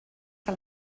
que